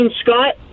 Scott